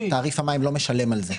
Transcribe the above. תעריף המים לא משלם על זה.